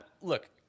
Look